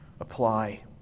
apply